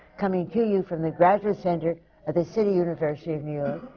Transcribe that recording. coming to you from the graduate center of the city university of new